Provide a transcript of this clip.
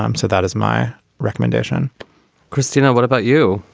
um so that is my recommendation christina, what about you?